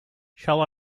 shall